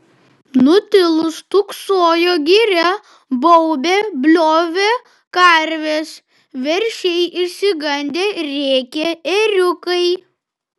nutilus stūksojo giria baubė bliovė karvės veršiai išsigandę rėkė ėriukai